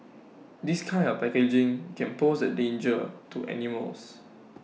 this kind of packaging can pose A danger to animals